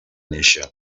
néixer